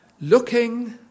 Looking